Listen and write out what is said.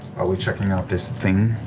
are we checking out this thing?